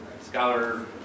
scholar